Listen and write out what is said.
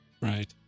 Right